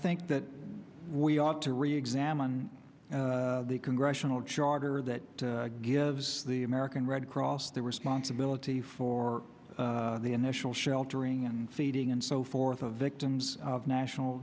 think that we ought to reexamine the congressional charter that gives the american red cross the responsibility for the initial sheltering and feeding and so forth of victims of national